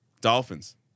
dolphins